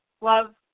love